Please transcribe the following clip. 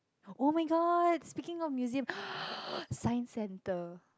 oh-my-god speaking of museum Science-Center